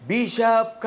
Bishop